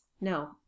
no